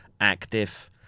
active